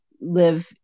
live